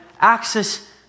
access